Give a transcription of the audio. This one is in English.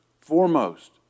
foremost